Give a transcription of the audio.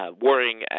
worrying